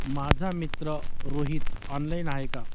माझा मित्र रोहित ऑनलाईन आहे का